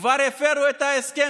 כבר הפרו את ההסכם.